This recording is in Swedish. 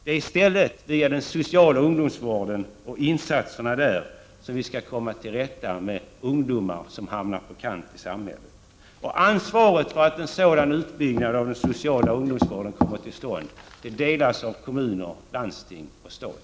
Det är i stället genom den sociala ungdomsvårdens insatser vi skall komma till rätta med ungdomar som hamnar på kant i samhället. Ansvaret för att en sådan utbyggnad av den sociala ungdomsvården kommer till stånd delas av kommuner, landsting och stat.